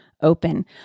open